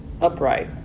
upright